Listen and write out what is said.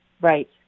Right